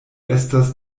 estas